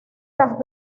las